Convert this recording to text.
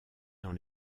dans